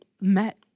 met